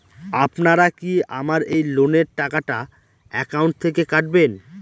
আপনারা কি আমার এই লোনের টাকাটা একাউন্ট থেকে কাটবেন?